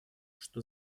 что